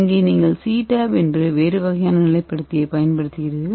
இங்கே நீங்கள் CTAB என்று வேறு வகையான நிலைப்படுத்தியைப் பயன்படுத்துகிறீர்கள்